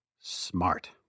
smart